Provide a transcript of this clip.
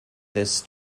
this